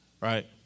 right